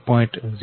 4